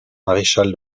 maréchal